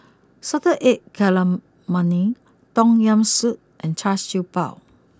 Salted Egg Calamari Tom Yam Soup and Char Siew Bao